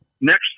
Next